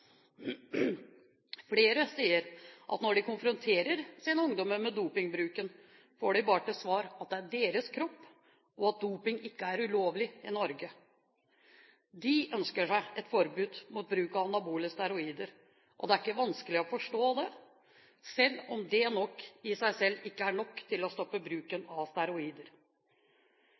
Flere sier at når de konfronterer sine ungdommer med dopingbruken, får de bare til svar at det er deres kropp, og at bruk av doping ikke er ulovlig i Norge. De ønsker seg et forbud mot bruk av anabole steroider, og det er ikke vanskelig å forstå det, selv om det nok ikke i seg selv er nok til å stoppe bruken av steroider.